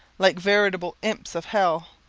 like veritable imps of hell.